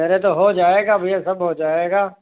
अरे तो हो जाएगा भैया सब हो जाएगा